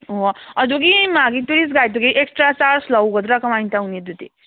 ꯑꯣ ꯑꯗꯨꯒꯤ ꯃꯥꯒꯤ ꯇꯧꯔꯤꯁ ꯒꯥꯏꯠꯇꯨꯒꯤ ꯑꯦꯛꯁꯇ꯭ꯔꯥ ꯆꯥꯔꯖ ꯂꯧꯒꯗ꯭ꯔꯥ ꯀꯃꯥꯏꯅ ꯇꯧꯅꯤ ꯑꯗꯨꯗꯤ